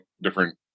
different